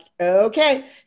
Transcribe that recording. okay